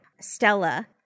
Stella